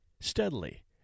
steadily